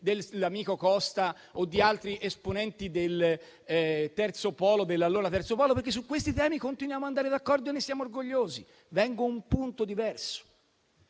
dell'amico Costa o di altri esponenti dell'allora terzo polo, perché su questi temi continuiamo ad andare d'accordo e ne siamo orgogliosi. Vengo a un punto diverso.